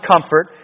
comfort